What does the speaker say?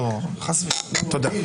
לא, חס וחלילה.